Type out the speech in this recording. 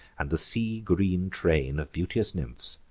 and the sea-green train of beauteous nymphs,